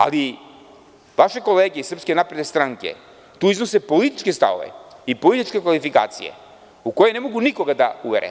Ali, vaše kolege iz SNS-a iznose političke stavove i političke kvalifikacije u koje ne mogu nikoga da uvere.